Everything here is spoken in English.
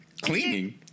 Cleaning